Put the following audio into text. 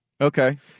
Okay